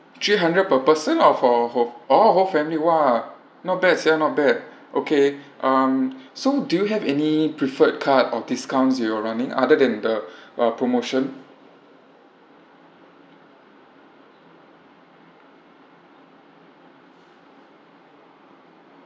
three hundred per person or for for oh whole family !wah! not bad sia not bad okay um so do you have any preferred card or discounts you're running other than the uh promotion